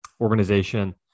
organization